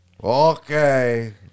Okay